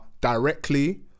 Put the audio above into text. directly